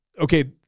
okay